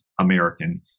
American